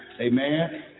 Amen